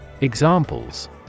Examples